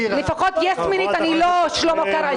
לפחות יס-מנית אני לא, שלמה קרעי.